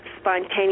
spontaneous